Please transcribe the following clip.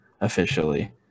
officially